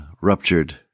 ruptured